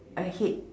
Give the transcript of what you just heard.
a head